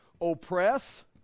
oppress